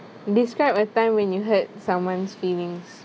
describe a time when you hurt someone's feelings